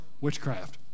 witchcraft